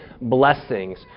blessings